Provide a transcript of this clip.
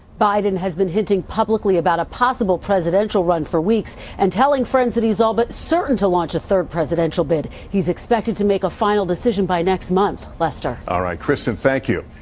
biden has been hinting publicly about a possible presidential run for weeks, and telling friends that he's all but certain to launch a third presidential bid. he's expected to make a final decision by next month, lester. all right, kristen, thank you.